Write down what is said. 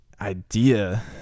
idea